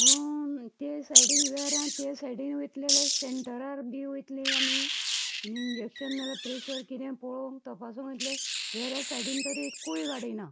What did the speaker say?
म्हणून वेऱ्या ते सायडीन वयतले जाल्यार सेंटरार बी वयतली आमी आनी इंजेक्शन नाल्या प्रेशर कितेंय पळोंक तपासूंक वयतली वेऱ्यां सायडीन तर एक्कूय गाडी ना